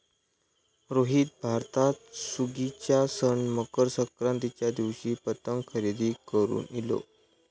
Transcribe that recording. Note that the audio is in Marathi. रोहित भारतात सुगीच्या सण मकर संक्रांतीच्या दिवशी पतंग खरेदी करून इलो